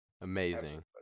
Amazing